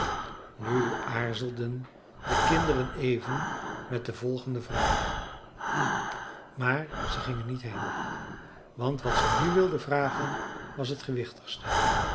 nu aarzelden de kinderen even met de volgende vraag maar ze gingen niet heen want wat ze nu wilden vragen was het gewichtigste